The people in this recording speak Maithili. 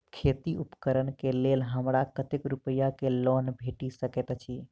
खेती उपकरण केँ लेल हमरा कतेक रूपया केँ लोन भेटि सकैत अछि?